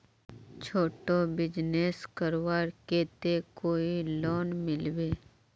छोटो बिजनेस करवार केते कोई लोन मिलबे?